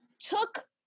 took